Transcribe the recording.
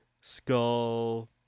skull